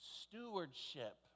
Stewardship